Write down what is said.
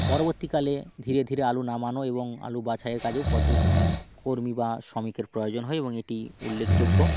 পরবর্তী কালে ধীরে ধীরে আলু নামানো এবং আলু বাছাইয়ের কাজেও প্রচুর কর্মী বা শ্রমিকের প্রয়োজন হয় এবং এটি উল্লেকযোগ্য